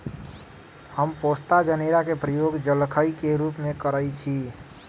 हम पोस्ता जनेरा के प्रयोग जलखइ के रूप में करइछि